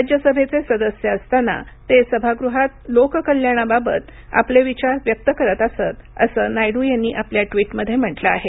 राज्यसभेचे सदस्य असताना द ते सभागृहात लोककल्याणाबाबत आपले विचार व्यक्त करत असत असं नायडू यांनी आपल्या ट्विटमध्ये म्हटलं आहे